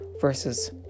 versus